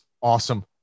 awesome